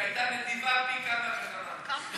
שהייתה נדיבה פי כמה וכמה.